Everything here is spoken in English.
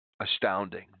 Astounding